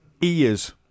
ears